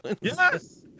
Yes